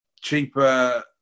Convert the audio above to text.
cheaper